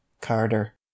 Carter